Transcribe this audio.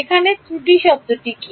এখানে ত্রুটি শব্দটি কি